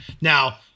now